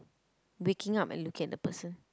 waking up and looking at the person